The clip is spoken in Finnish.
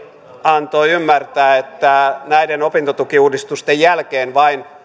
antoi ymmärtää että näiden opintotukiuudistusten jälkeen vain